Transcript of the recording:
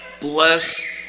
Bless